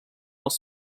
als